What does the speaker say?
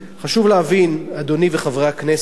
חשוב להבין, אדוני וחברי הכנסת,